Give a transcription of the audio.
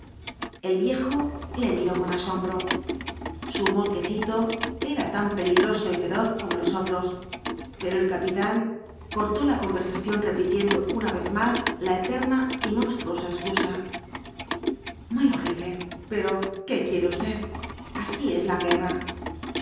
el viejo le miró con asombro su moltkecito era tan peligroso y feroz como los otros pero el capitán cortó la conversación repitiendo una vez más la eterna y monstruosa excusa muy horrible pero qué quiere usted así es la guerra